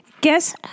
guess